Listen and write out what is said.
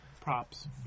Props